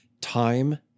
Time